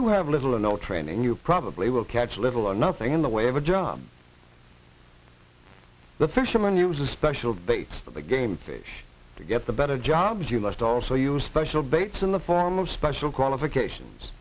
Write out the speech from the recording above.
you have little or no training you probably will catch little or nothing in the way of a job the fisherman use a special game to get the better jobs you must also use special baits in the form of special qualifications